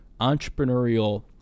entrepreneurial